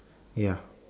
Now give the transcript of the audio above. ya